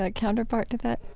ah counterpart to that?